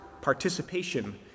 participation